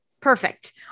Perfect